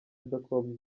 jacob